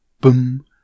boom